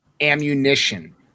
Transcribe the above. ammunition